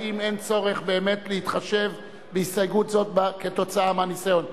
אין צורך באמת להתחשב בהסתייגות זו כתוצאה מהניסיון.